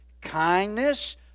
Kindness